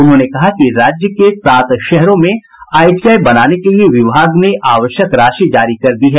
उन्होंने कहा कि राज्य के सात शहरों में आईटीआई बनाने के लिए विभाग ने आवश्यक राशि जारी कर दी है